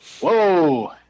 Whoa